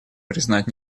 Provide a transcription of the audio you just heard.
признать